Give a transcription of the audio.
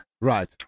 right